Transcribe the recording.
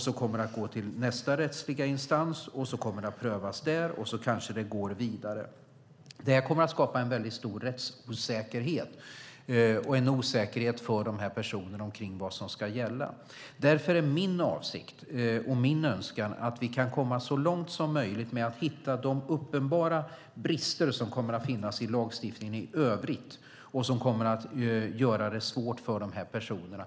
Det kommer att gå till nästa rättsliga instans och prövas där. Och därefter kanske det går vidare. Det här kommer att skapa en väldigt stor rättsosäkerhet och en osäkerhet för de här personerna kring vad som ska gälla. Därför är min avsikt och min önskan att vi kan komma så långt som möjligt med att hitta de uppenbara brister som kommer att finnas i lagstiftningen i övrigt och som kommer att göra det svårt för de här personerna.